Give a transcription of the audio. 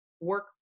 work